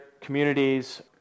communities